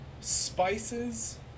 Spices